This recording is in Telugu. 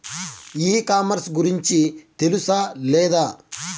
ఈ కామర్స్ గురించి తెలుసా లేదా?